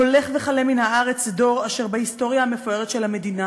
הולך וכלה מן הארץ דור אשר בהיסטוריה המפוארת של המדינה